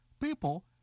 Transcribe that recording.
people